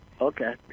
Okay